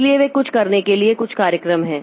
इसलिए वे कुछ करने के लिए कुछ कार्यक्रम हैं